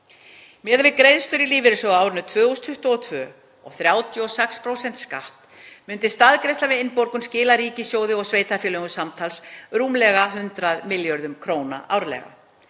Miðað við greiðslur í lífeyrissjóði á árinu 2022 og 36% skatt myndi staðgreiðsla við innborgun skila ríkissjóði og sveitarfélögum samtals rúmum 100 milljörðum kr. árlega.